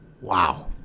Wow